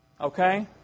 Okay